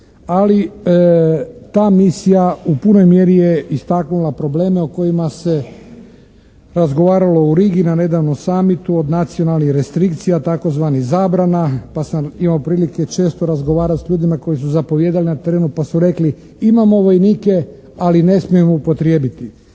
ali ta misija u punoj mjeri je istaknula probleme o kojima se razgovaralo u Rigi na nedavnom summitu od nacionalnih restrikcija tzv. zabrana pa sam imao prilike često razgovarati sa ljudima koji su zapovijedali na terenu pa su rekli, imamo vojnike ali ih ne smijemo upotrijebiti.